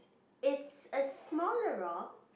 it's a smaller rock